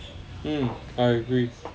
mm I agree